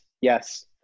Yes